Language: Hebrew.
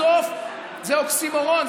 בסוף זה אוקסימורון.